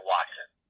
Watson